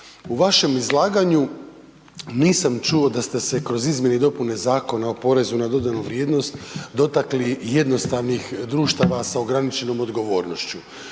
u vašem izlaganju nisam čuo da ste se kroz izmjene i dopune Zakona o porezu na dodatnu vrijednost dotakli jednostavnih društava sa ograničenom odgovornošću.